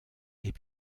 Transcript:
est